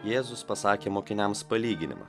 jėzus pasakė mokiniams palyginimą